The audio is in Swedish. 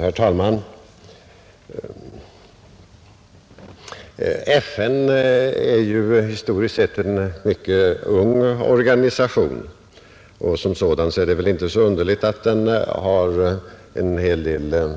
Herr talman! FN är ju historiskt sett en mycket ung organisation, och det är inte så underligt om den som sådan har en hel del